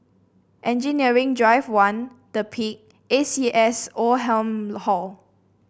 Engineering Drive One The Peak A C S Oldham Hall